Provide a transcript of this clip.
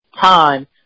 time